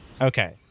Okay